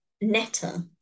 Netta